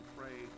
pray